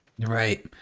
Right